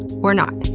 or not.